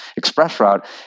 ExpressRoute